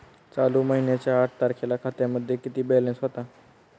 चालू महिन्याच्या आठ तारखेला खात्यामध्ये किती बॅलन्स होता?